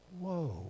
whoa